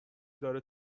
داره